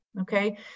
okay